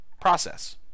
process